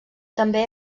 també